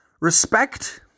Respect